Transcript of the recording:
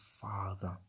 Father